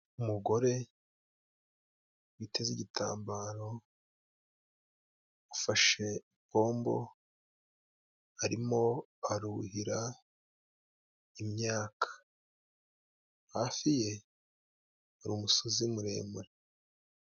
Umugore witeze igitambaro, ufashe bombo arimo aruhira imyaka. Hafi ye hari umusozi muremure.